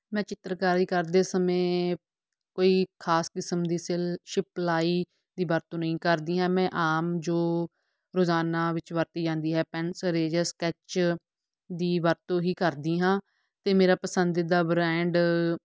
ਮੈਂ ਚਿੱਤਰਕਾਰੀ ਕਰਦੇ ਸਮੇਂ ਕੋਈ ਖਾਸ ਕਿਸਮ ਦੀ ਸਿਲ ਸ਼ਿਪਲਾਈ ਦੀ ਵਰਤੋਂ ਨਹੀਂ ਕਰਦੀ ਹਾਂ ਮੈਂ ਆਮ ਜੋ ਰੋਜ਼ਾਨਾ ਵਿੱਚ ਵਰਤੀ ਜਾਂਦੀ ਹੈ ਪੈਨਸਲ ਰੇਜਰ ਸਕੈੱਚ ਦੀ ਵਰਤੋਂ ਹੀ ਕਰਦੀ ਹਾਂ ਅਤੇ ਮੇਰਾ ਪਸੰਦੀਦਾ ਬਰੈਂਡ